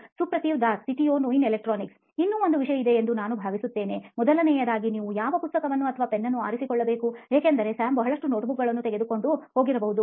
ಸುಪ್ರತಿವ್ Das CTO ನೋಯಿನ್ electronics ಇನ್ನೂ ಒಂದು ವಿಷಯವಿದೆ ಎಂದು ನಾನು ಭಾವಿಸುತ್ತೇನೆ ಮೊದಲನೆಯದಾಗಿ ನೀವು ಯಾವ ಪುಸ್ತಕವನ್ನು ಅಥವಾ ಪೆನ್ನು ಆರಿಸಿಕೊಳ್ಳಬೇಕುಏಕೆಂದರೆ ಸ್ಯಾಮ್ ಬಹಳಷ್ಟು ನೋಟ್ಬುಕ್ ಗಳನ್ನು ತೆಗೆದುಕೊಂಡು ಹೋಗಿರಬಹುದು